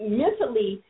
mentally –